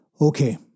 Okay